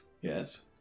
Yes